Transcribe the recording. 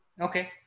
Okay